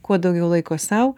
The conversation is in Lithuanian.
kuo daugiau laiko sau